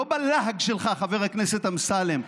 לא בלהג שלך, חבר הכנסת אמסלם,